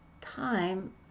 time